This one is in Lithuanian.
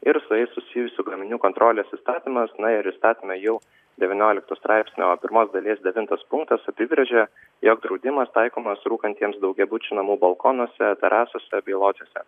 ir su jais susijusių gaminių kontrolės įstatymas na ir įstatyme jau devyniolikto straipsnio pirmos dalies devintas punktas apibrėžia jog draudimas taikomas rūkantiems daugiabučių namų balkonuose terasose bei lodžijose